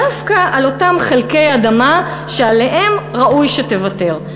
דווקא על אותם חלקי אדמה שעליהם ראוי שתוותר,